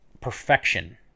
perfection